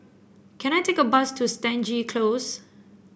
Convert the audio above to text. can I take a bus to Stangee Close